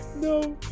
no